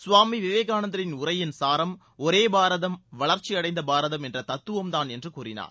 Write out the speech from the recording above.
சுவாமி விவேகானந்தரின் உரையின் சாரம் ஒரே பாரதம் வளர்ச்சி அடைந்த பாரதம் என்ற தத்துவம் தான் என்று கூறினார்